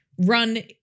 run